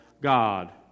God